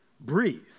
breathe